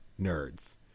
nerds